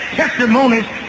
testimonies